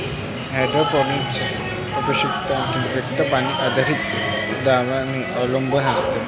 hydroponics हे पोषक तत्वांनी युक्त पाणी आधारित द्रावणांवर अवलंबून असते